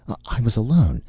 i was alone.